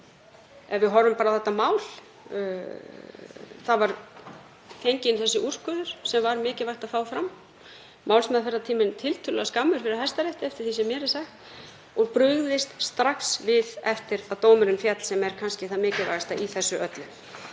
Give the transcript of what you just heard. ef við horfum bara á þetta mál, þá var fenginn þessi úrskurður sem var mikilvægt að fá fram, málsmeðferðartíminn tiltölulega skammur fyrir Hæstarétti, eftir því sem mér er sagt, og brugðist strax við eftir að dómurinn féll, sem er kannski það mikilvægasta í þessu öllu.